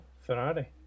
Ferrari